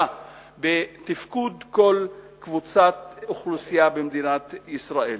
בתפקוד כל קבוצת אוכלוסייה במדינת ישראל.